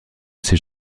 ses